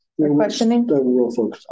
Questioning